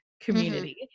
community